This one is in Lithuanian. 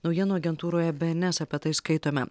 naujienų agentūroje bė en es apie tai skaitome